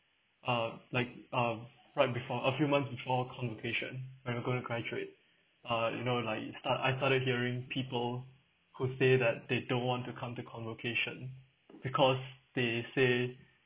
uh like um right before a few months before convocation and we're going to graduate uh you know like you start I started hearing people who say that they don't want to come to convocation because they say